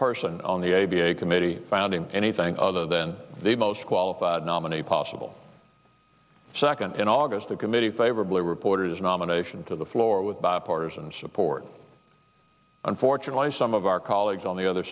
person on the a b a committee found him anything other than the most qualified nominee possible second in august the committee favorably reporters nomination to the floor with bipartisan support unfortunately some of our colleagues on the other